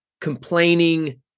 complaining